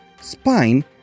spine